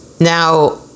Now